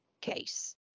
case